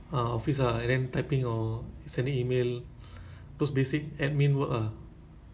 some some I think you see the job description kan is not so clear like